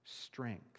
strength